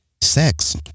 sex